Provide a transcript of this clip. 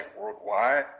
worldwide